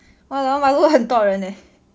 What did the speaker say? !walao! 马路很多人 leh